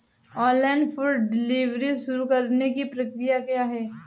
Online food delivery शुरू करने की प्रक्रिया क्या है?